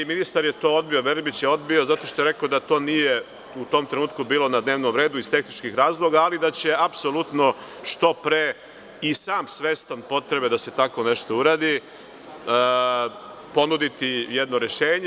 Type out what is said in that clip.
Ministar je to odbio zato što je rekao da to nije bilo u tom trenutku na dnevnom redu iz tehničkih razloga, ali da će apsolutno što pre i sam svestan potrebe da se tako nešto uradi ponuditi jedno rešenje.